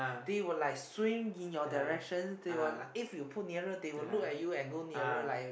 they will like swim in your direction they will like if you put nearer they will look at you and go nearer like